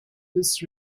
this